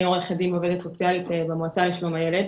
אני עורכת דיון ועובדת סוציאלית במועצה לשלום הילד,